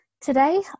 Today